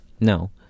No